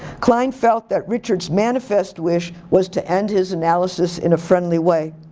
klein felt that richard's manifest wish was to end his analysis in a friendly way.